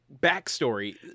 backstory